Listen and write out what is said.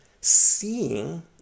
seeing